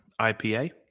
IPA